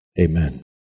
Amen